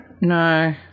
No